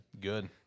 good